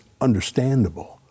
understandable